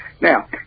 Now